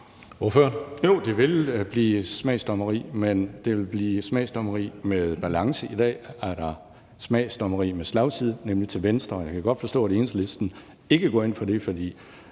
det vil blive smagsdommeri, men det vil blive smagsdommeri med balance. I dag er der smagsdommeri med slagside, nemlig til venstre. Og jeg kan godt forstå, at Enhedslisten ikke går ind for det her, fordi